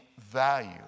value